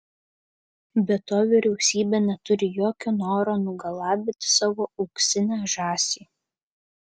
be to vyriausybė neturi jokio noro nugalabyti savo auksinę žąsį